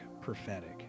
prophetic